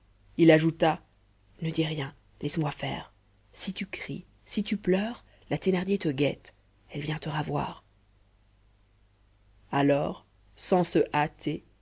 il ajouta ne dis rien laisse-moi faire si tu cries si tu pleures la thénardier te guette elle vient pour te ravoir alors sans se hâter